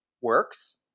works